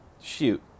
shoot